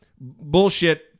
bullshit